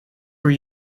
were